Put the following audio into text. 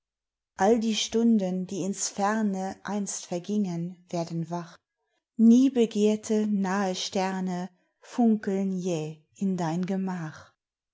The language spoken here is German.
all die stunden die ins ferne einst vergingen werden wach nie begehrte nahe sterne funkeln jäh in dein gemach